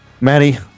Maddie